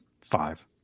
five